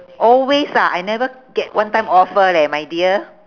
always ah I never get one time offer leh my dear